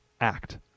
act